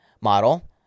model